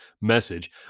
message